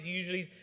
usually